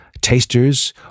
tasters